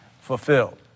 fulfilled